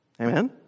Amen